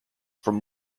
from